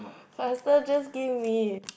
faster just give me